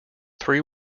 three